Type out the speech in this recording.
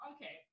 Okay